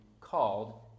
called